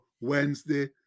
Wednesday